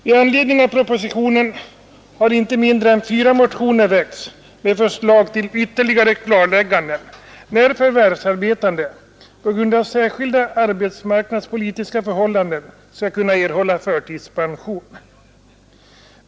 I anledning av propositionen har inte mindre än fyra motioner väckts med förslag till ytterligare klarlägganden när förvärvsarbetande på grund av särskilda arbetsmarknadspolitiska förhållanden skall kunna erhålla förtidspension.